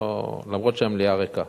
אף שהמליאה ריקה.